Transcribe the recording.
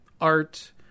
art